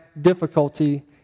difficulty